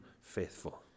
faithful